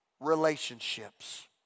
relationships